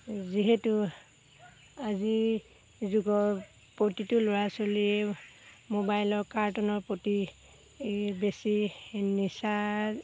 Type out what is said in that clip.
যিহেতু আজিৰ যুগৰ প্ৰতিটো ল'ৰা ছোৱালীয়ে মোবাইলৰ কাৰ্টুনৰ প্ৰতি বেছি নিচা